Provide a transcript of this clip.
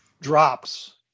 drops